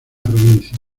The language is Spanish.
provincia